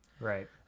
right